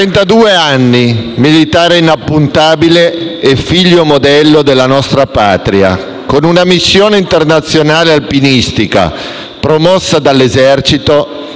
anni, militare inappuntabile e figlio modello della nostra Patria. Con una missione internazionale alpinistica promossa dall'Esercito,